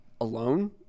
alone